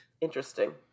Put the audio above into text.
interesting